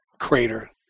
crater